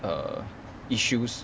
err issues